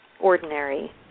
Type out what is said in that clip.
ordinary